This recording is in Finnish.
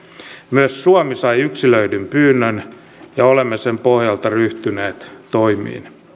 myös suomi sai yksilöidyn pyynnön ja olemme sen pohjalta ryhtyneet toimiin